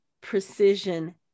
precision